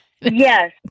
Yes